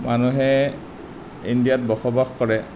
মানুহে ইণ্ডিয়াত বসৱাস কৰে